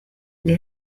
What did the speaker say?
les